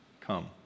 come